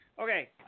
Okay